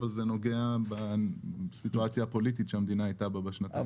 אבל זה נוגע בסיטואציה הפוליטית שהמדינה הייתה בה בשנתיים האחרונות.